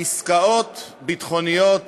עסקאות ביטחוניות